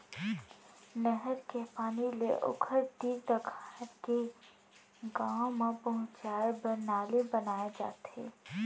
नहर के पानी ले ओखर तीर तखार के गाँव म पहुंचाए बर नाली बनाए जाथे